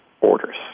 orders